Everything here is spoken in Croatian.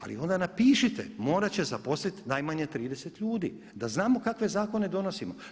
Ali onda napišite morat će zaposliti najmanje 30 ljudi da znamo kakve zakone donosimo.